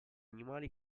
animali